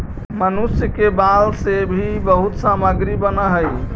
मनुष्य के बाल से भी बहुत सामग्री बनऽ हई